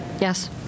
yes